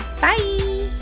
Bye